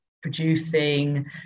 producing